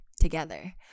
together